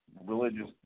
religious